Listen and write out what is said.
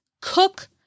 Cook